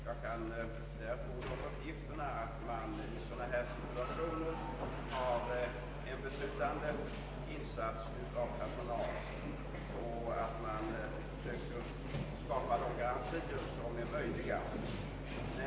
Jag har där fått uppgift om att man i sådana här situationer gör en betydande insats i form av personal och att man söker skapa de garantier som är möjliga.